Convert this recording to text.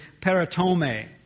peritome